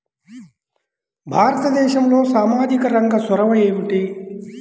భారతదేశంలో సామాజిక రంగ చొరవ ఏమిటి?